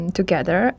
together